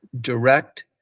direct